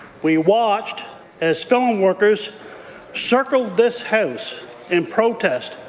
we watched as film workers circled this house in protest.